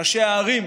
ראשי הערים,